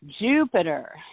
Jupiter